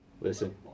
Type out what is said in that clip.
Listen